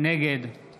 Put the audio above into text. נגד